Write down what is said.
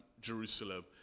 Jerusalem